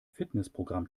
fitnessprogramm